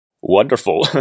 Wonderful